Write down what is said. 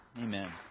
Amen